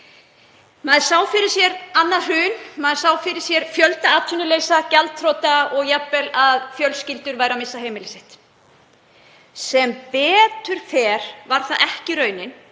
Maður sá fyrir sér annað hrun, maður sá fyrir sér fjöldaatvinnuleysi, gjaldþrot og jafnvel að fjölskyldur myndu missa heimili sitt. Sem betur fer varð það ekki raunin